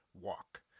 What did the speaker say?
walk